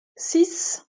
six